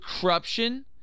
corruption